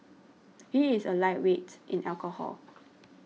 he is a lightweight in alcohol